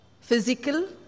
physical